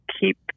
keep